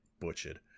butchered